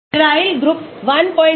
Aryl group 196